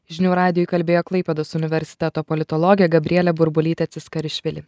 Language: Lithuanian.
žinių radijui kalbėjo klaipėdos universiteto politologė gabrielė burbulytė ciskarišvili